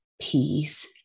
peace